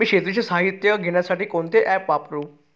मी शेतीचे साहित्य घेण्यासाठी कोणते ॲप वापरु?